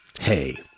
Hey